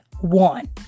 one